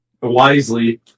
wisely